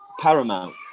Paramount